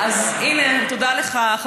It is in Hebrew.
תודה לך,